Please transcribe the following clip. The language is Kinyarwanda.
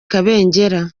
kabengera